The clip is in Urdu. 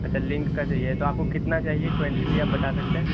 اچھا لنک کا چاہیے تو آپ کو کتنا چاہیے کوانٹٹی آپ بتا سکتے ہیں